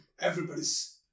Everybody's